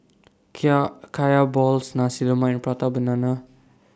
Kaya Balls Nasi Lemak Prata Banana